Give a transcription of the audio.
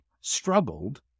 struggled